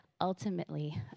Ultimately